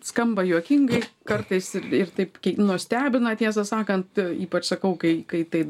skamba juokingai kartais ir ir taip nustebina tiesą sakant ypač sakau kai kai tai